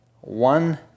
one